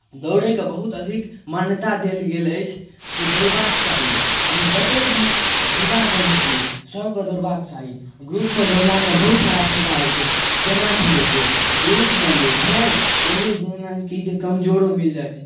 दौड़यके बहुत अधिक मान्यता देल गेल अछि जे दौड़बाक चाही हम जतेक भी युवागण छियै सभकेँ दौड़बाक चाही ग्रुपमे दौड़लासँ बहुत सारा फायदा होइ छै जेनाकि देखियौ ग्रुपमे जे छै एगो जेनाकि जे कमजोरो मिल जाइ छै